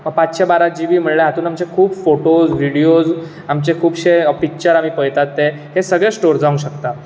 पांचशे बारा जिबी म्हणल्यार हातून आमचे खूब फोटोज विडीयोज आमचे खुबशें पिक्चर आमी पळेतात ते हे सगळे स्टोर जावंक शकता